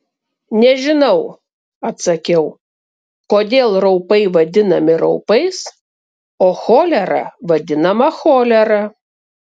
nežinau atsakiau kodėl raupai vadinami raupais o cholera vadinama cholera